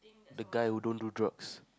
the guy who don't do jobs